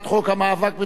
התשע"ב 2012,